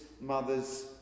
mother's